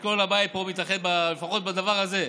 כל הבית פה מתאחד לפחות בדבר הזה,